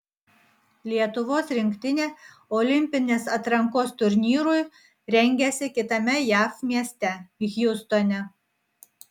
lietuvos rinktinė olimpinės atrankos turnyrui rengiasi kitame jav mieste hjustone